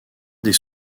des